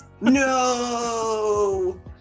No